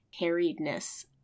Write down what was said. harriedness